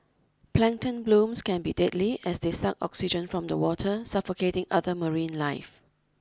plankton blooms can be deadly as they suck oxygen from the water suffocating other marine life